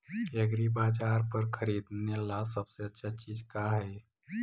एग्रीबाजार पर खरीदने ला सबसे अच्छा चीज का हई?